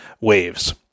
Waves